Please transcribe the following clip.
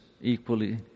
equally